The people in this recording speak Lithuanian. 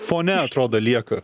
fone atrodo lieka